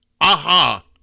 aha